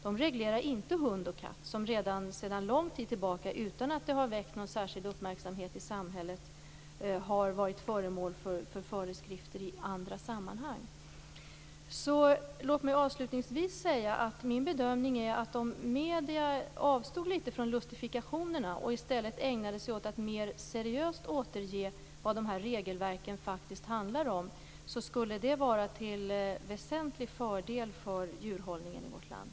De reglerar inte hund och katt som redan sedan lång tid tillbaka har varit föremål för föreskrifter i andra sammanhang, utan att det har väckt någon särskild uppmärksamhet i samhället. Låt mig avslutningsvis säga att om medier avstod från lustifikationerna och i stället ägnade sig åt att mer seriöst återge vad de här regelverken faktiskt handlar om skulle det vara till väsentlig fördel för djurhållningen i vårt land.